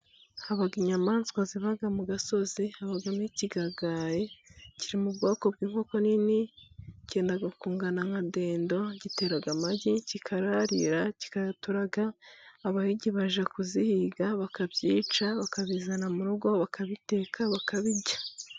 Habaho inyamaswa ziba mu gasozi, habamo ikigagari kiri mu bwoko bw'inkoko nini, kenda kungana nka dendo, gitera amagi ,kikararira, kikayaturaga. Abahigi bajya kubihiga bakabyica, bakabizana mu rugo bakabiteka, bakabirya.